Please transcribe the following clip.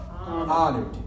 Honored